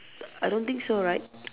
I don't think so right